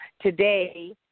today